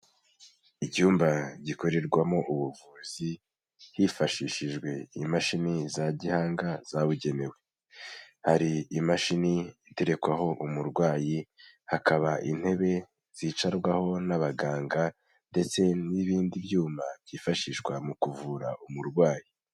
Icyumba gikorerwamo ubuvuzi, hifashishijwe imashini za gihanga zabugenewe. Hari imashini iterekwaho umurwayi, hakaba intebe zicarwaho n'abaganga ndetse n'ibindi byuma byifashishwa mu kuvura umurwayi.